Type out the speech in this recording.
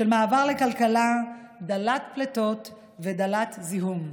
של מעבר לכלכלה דלת פליטות ודלת זיהום.